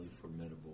formidable